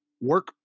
work